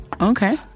Okay